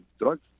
drugs